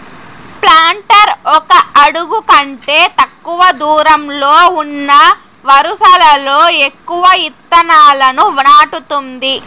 planter ఒక అడుగు కంటే తక్కువ దూరంలో ఉన్న వరుసలలో ఎక్కువ ఇత్తనాలను నాటుతుంది